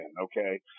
Okay